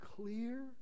clear